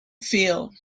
field